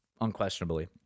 unquestionably